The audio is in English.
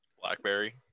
Blackberry